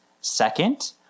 Second